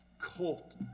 colt